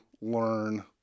learn